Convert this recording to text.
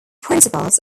principles